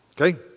okay